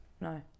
No